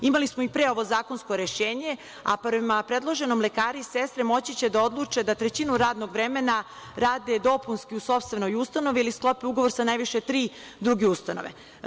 Imali smo i pre ovo zakonsko rešenje, a prema predloženom lekari i sestre moći će da odluče da trećinu radnog vremena rade dopunski u sopstvenoj ustanovi ili sklope ugovor sa najviše tri druge ustanove.